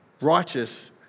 righteous